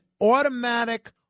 automatic